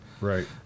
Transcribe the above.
Right